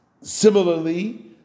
Similarly